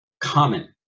common